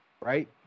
right